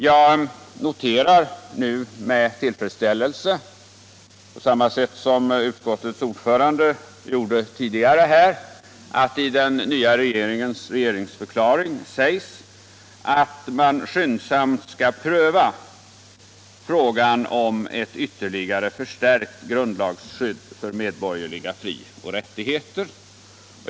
Jag noterar nu med tillfredsställelse — på samma sätt som utskottets ord grundlagsändringar förande gjorde tidigare här — att det i den nya regeringens regeringsförklaring sägs att man skyndsamt skall pröva frågan om ett vtterligare förstärkt grundlagsskydd för medborgerliga frioch rättigheter.